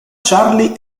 charlie